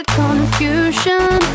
confusion